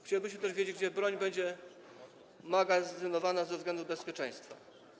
Chcielibyśmy też wiedzieć, gdzie broń będzie magazynowana ze względów bezpieczeństwa.